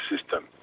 system